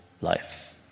life